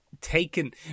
taken